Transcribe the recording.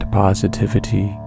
positivity